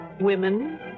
Women